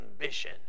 ambition